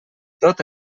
tot